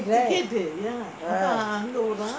right ah